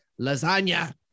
lasagna